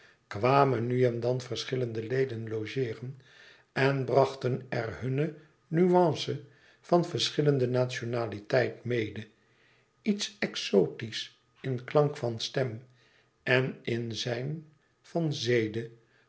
kwamen nu en dan verschillende leden logeeren en brachten er hunne nuance van verschillende nationaliteit mede iets exotisch in klank van stem en in zijn van zede